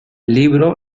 libro